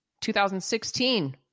2016